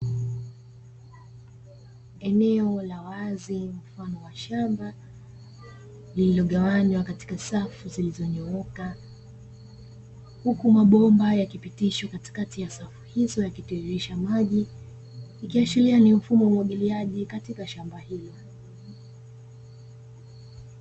Eneo la wazi mfano wa shamba lililogawanywa katika safu zilizonyooka huku mabomba yakipitishwa katikati ya safu hizo yakitiririsha maji, ikiashiria ni mfumo wa umwagiliaji katika shamba hilo.